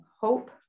Hope